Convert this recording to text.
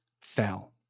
fell